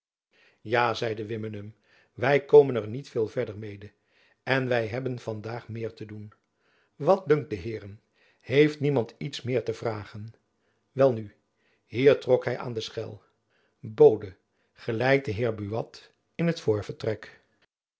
ja zeide wimmenum wy komen er niet veel verder mede en wy hebben van daag meer te doen wat dunkt den heeren heeft niemand iets meer te vragen welnu hier trok hy aan den schel bode geleid den heer buat in